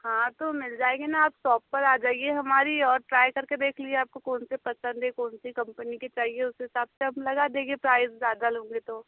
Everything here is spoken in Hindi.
हाँ तो मिल जाएगी न आप सॉप पर आ जाइए हमारी और ट्राइ करके देख लिए आपको कौन से पसंद है कौन सी कम्पनी के चाहिए उस हिसाब से हम लगा देगे प्राइज़ ज्यादा लोगे तो